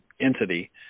entity